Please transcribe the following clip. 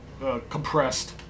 compressed